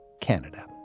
Canada